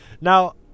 Now